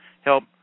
help